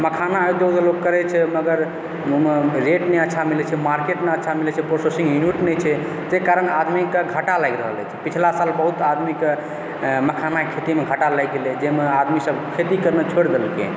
मखाना उद्योग करय छै लोग मगर ओहिमे रेट नहि अच्छा मिलै छै मार्केट नहि अच्छा मिलैत छै प्रोसेसिंग यूनिट नहि छै जाहि कारण आदमीके घाटा लागि रहल अछि पछिला साल बहुत आदमीके मखाना खेतीमे घाटा लागि गेलय जाहिमे आदमीसभ खेती करनाइ छोड़ि देलकय